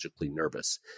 nervous